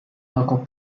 local